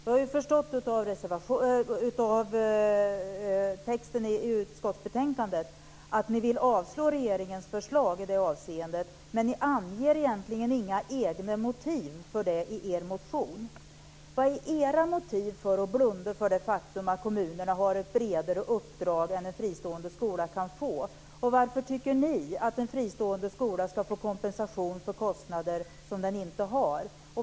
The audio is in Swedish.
Vi har förstått av texten i utskottsbetänkandet att ni vill avslå regeringens förslag i det avseendet, men ni anger egentligen inga egna motiv för det i er motion. Vilka är era motiv för att blunda för det faktum att kommunerna har ett bredare uppdrag än en fristående skola kan få? Och varför tycker ni att en fristående skola ska få kompensation för kostnader som den inte har?